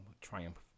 triumph